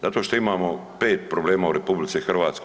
Zato što imamo 5 problema u RH.